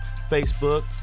facebook